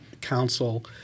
council